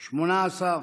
18,